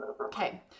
okay